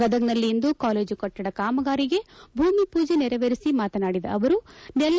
ಗದಗನಲ್ಲಿಂದು college ಕಟ್ಟಡ ಕಾಮಗಾರಿಗೆ ಭೂಮಿ ಪೂಜೆ ನೆರವೇರಿಸಿ ಮಾತನಾಡಿದ ಅವರು ನೆಲ